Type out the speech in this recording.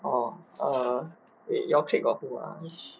orh err wait your clique got who ah